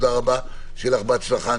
בהצלחה.